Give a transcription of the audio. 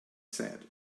said